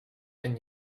and